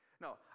No